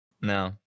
No